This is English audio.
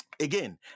Again